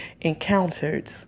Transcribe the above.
encountered